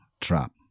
trap